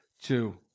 two